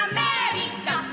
America